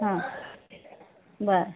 हां बरं